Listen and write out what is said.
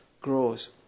grows